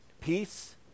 Peace